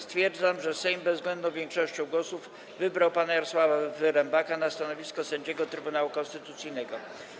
Stwierdzam, że Sejm bezwzględną większością głosów wybrał pana Jarosława Wyrembaka na stanowisko sędziego Trybunału Konstytucyjnego.